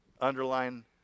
underline